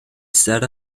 set